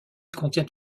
contient